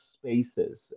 spaces